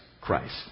Christ